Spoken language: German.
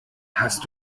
hast